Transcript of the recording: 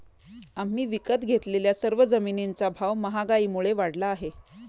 आम्ही विकत घेतलेल्या सर्व जमिनींचा भाव महागाईमुळे वाढला आहे